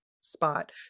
spot